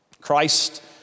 Christ